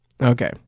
Okay